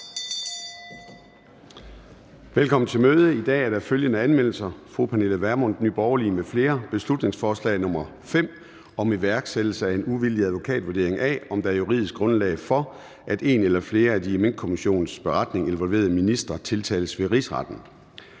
Velkommen til mødet. I dag er der følgende anmeldelser: Pernille Vermund (NB) m.fl.: Beslutningsforslag nr. B 5 (Forslag til folketingsbeslutning om iværksættelse af en uvildig advokatvurdering af, om der er juridisk grundlag for, at en eller flere af de i Minkkommissionens beretning involverede ministre tiltales ved Rigsretten).